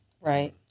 Right